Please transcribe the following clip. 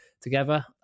together